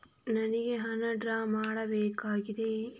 ನನಿಗೆ ಹಣ ಡ್ರಾ ಮಾಡ್ಬೇಕಾಗಿದೆ